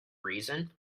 reason